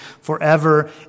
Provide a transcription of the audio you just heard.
forever